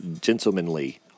gentlemanly